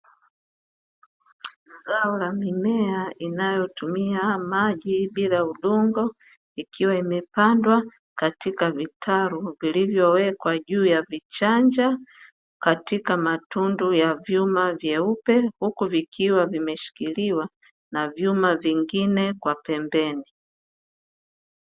Zao la mimea inayo tumia maji bila udongo ikiwa imepandwa katika vitalu vilivyowekwa juu ya vichanja, katika matundu ya vyuma vyeupe uku vikiwa vimeshikiliwa na vyuma vingine kwa pembeni.